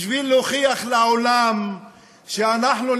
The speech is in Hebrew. בשביל להוכיח לעולם שאנחנו,